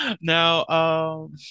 now